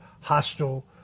hostile